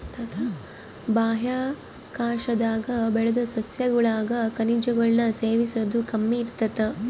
ಬಾಹ್ಯಾಕಾಶದಾಗ ಬೆಳುದ್ ಸಸ್ಯಗುಳಾಗ ಖನಿಜಗುಳ್ನ ಸೇವಿಸೋದು ಕಮ್ಮಿ ಇರ್ತತೆ